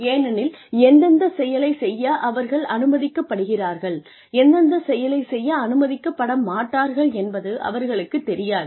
ஏனெனில் எந்தெந்த செயலை செய்ய அவர்கள் அனுமதிக்கப்படுகிறார்கள் எந்தெந்த செயலை செய்ய அனுமதிக்கப்பட மாட்டார்கள் என்பது அவர்களுக்குத் தெரியாது